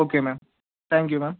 okay ma'am thank you ma'am